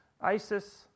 ISIS